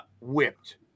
whipped